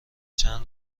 چند